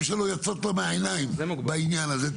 שלו יוצאות פה מהעיניים בעניין הזה.